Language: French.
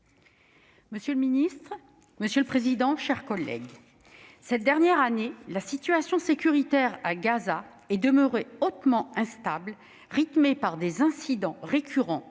Monsieur le président, monsieur le ministre, mes chers collègues, cette dernière année, la situation sécuritaire à Gaza est demeurée hautement instable, rythmée par des incidents récurrents